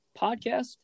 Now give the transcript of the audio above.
podcast